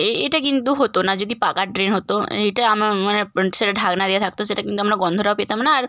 এ এটা কিন্তু হতো না যদি পাকার ড্রেন হতো এইটা আমার মানে সেটা ঢাকনা দেওয়া থাকত সেটা কিন্তু আমরা গন্ধটাও পেতাম না আর